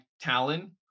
talon